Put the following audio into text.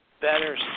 better